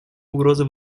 угроза